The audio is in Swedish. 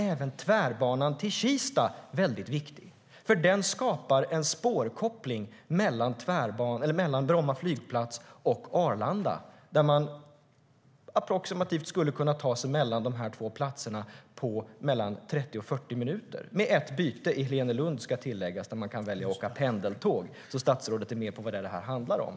Även Tvärbanan till Kista är viktig, för den skapar en spårkoppling mellan Bromma flygplats och Arlanda. Man skulle approximativt kunna ta sig mellan de två platserna på mellan 30 och 40 minuter - med ett byte i Helenelund där man kan välja att åka pendeltåg, ska tilläggas så att statsrådet är med på vad det här handlar om.